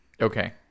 Okay